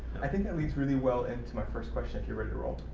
i think that leads really well into my first question if you're ready to roll.